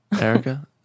erica